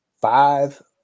five